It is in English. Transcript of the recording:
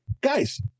guys